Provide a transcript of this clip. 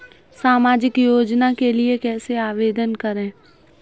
सामाजिक योजना के लिए कैसे आवेदन करें?